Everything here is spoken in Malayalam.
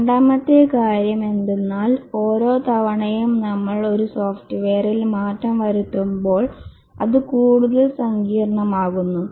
രണ്ടാമത്തെ കാര്യം എന്തെന്നാൽ ഓരോ തവണയും നമ്മൾ ഒരു സോഫ്റ്റ്വെയറിൽ മാറ്റം വരുത്തുമ്പോൾ അത് കൂടുതൽ സങ്കീർണ്ണമാകുന്നു